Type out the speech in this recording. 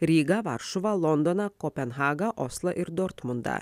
rygą varšuvą londoną kopenhagą oslą ir dortmundą